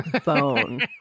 phone